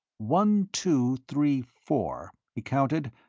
one, two, three, four, he counted,